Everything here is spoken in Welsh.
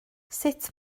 sut